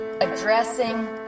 addressing